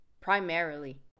primarily